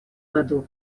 году